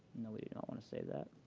no, we don't want to save that.